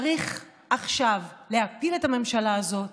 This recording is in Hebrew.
צריך עכשיו להפיל את הממשלה הזאת.